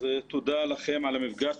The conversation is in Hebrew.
תודה לכם על המפגש.